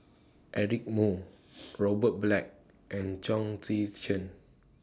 Eric Moo Robert Black and Chong Tze Chien